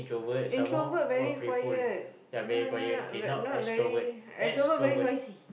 introvert very quiet no no not not very extrovert very noisy